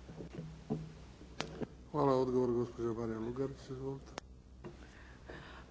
Izvolite. **Lugarić, Marija (SDP)**